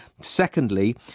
Secondly